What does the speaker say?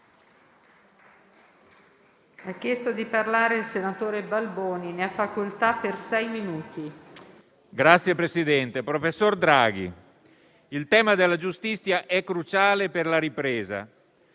Signor Presidente, professor Draghi, il tema della giustizia è cruciale per la ripresa